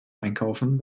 einkaufen